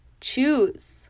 Choose